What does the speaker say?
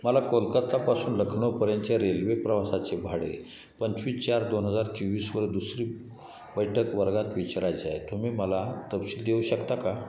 मला कोलकत्तापासून लखनौपर्यंतच्या रेल्वे प्रवासाचे भाडे पंचवीस चार दोन हजार चोवीसवर दुसरी बैठक वर्गात विचारायचं आहे तुम्ही मला तपशील देऊ शकता का